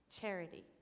charity